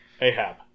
Ahab